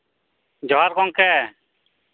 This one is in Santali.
ᱡᱚᱦᱟᱨ ᱜᱚᱢᱠᱮ